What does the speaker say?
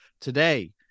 today